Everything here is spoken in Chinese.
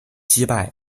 击败